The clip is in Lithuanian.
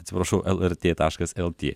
atsiprašau lrt taškas lt